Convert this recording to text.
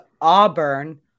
Auburn